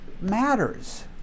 matters